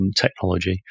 technology